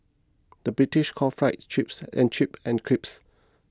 the British calls Fries Chips and chips and crisps